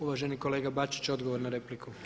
Uvažen kolega Bačić odgovor na repliku.